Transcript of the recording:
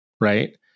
right